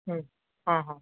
ହୁଁ ହଁ ହଁ